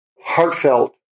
heartfelt